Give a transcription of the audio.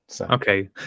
Okay